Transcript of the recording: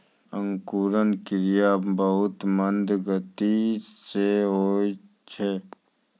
अंकुरन क्रिया बहुत मंद गति सँ होय छै